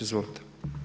Izvolite.